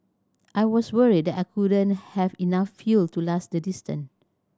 I was worried I wouldn't have enough fuel to last the distance